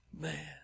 man